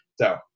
So-